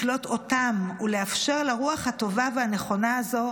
לקלוט אותם ולאפשר לרוח הטובה והנכונה הזו